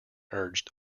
urged